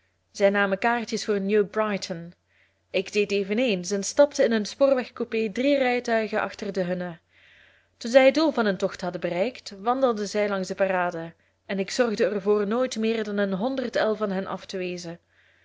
zij namen kaartjes voor new brighton ik deed eveneens en stapte in een spoorweg coupé drie rijtuigen achter de hunne toen zij het doel van hun tocht hadden bereikt wandelden zij langs de parade en ik zorgde er voor nooit meer dan een honderd el van hen af te wezen